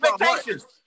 expectations